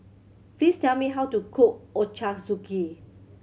please tell me how to cook Ochazuke